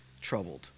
troubled